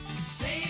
Save